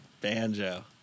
banjo